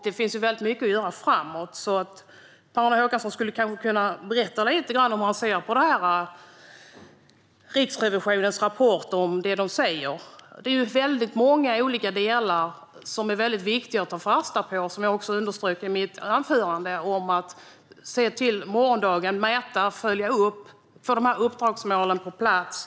Det finns mycket att göra framöver, så Per-Arne Håkansson skulle kanske kunna berätta lite om hur han ser på Riksrevisionens rapport och på det de säger. Som jag underströk i mitt anförande finns det väldigt många olika delar som är viktiga att ta fasta på vad gäller att se till morgondagen, att mäta, att följa upp samt att få dessa uppdragsmål på plats.